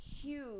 huge